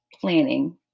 planning